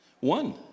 One